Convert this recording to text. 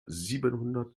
siebenhundert